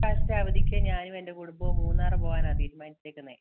last അവധിക്ക് ഞാനും എൻ്റെ കുടുംബവും മൂന്നാർ പോവാനാണ് തീരുമാനിച്ചിരിക്കുന്നത്